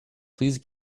please